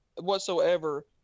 whatsoever